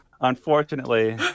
unfortunately